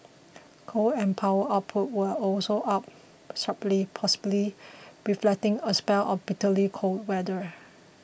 coal and power output were also up sharply possibly reflecting a spell of bitterly cold weather